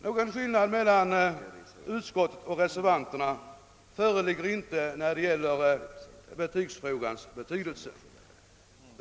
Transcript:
Någon skillnad mellan utskottets förslag och reservanternas föreligger inte när det gäller betygsfrågans betydelse.